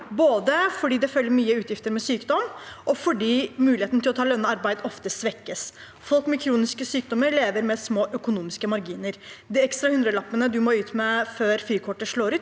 både fordi det følger mye utgifter med sykdom, og fordi muligheten til å ta lønnet arbeid ofte svekkes. Folk med kroniske sykdommer lever med små økonomiske marginer. De ekstra hundrelappene man må ut med før frikortet slår ut,